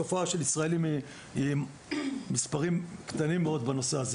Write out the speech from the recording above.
התופעה של ישראלים היא במספרים קטנים מאוד בנושא הזה.